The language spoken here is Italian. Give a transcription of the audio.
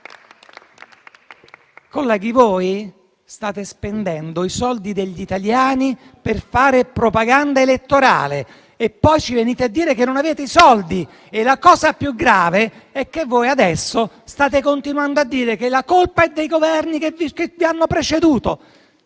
Colleghi, voi state spendendo i soldi degli italiani per fare propaganda elettorale e poi ci venite a dire che non avete i soldi. La cosa più grave è che voi adesso state continuando a dire che la colpa è dei Governi che vi hanno preceduto.